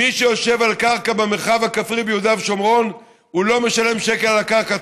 מי שיושב על קרקע במרחב הכפרי ביהודה ושומרון לא משלם שקל על הקרקע,